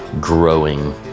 growing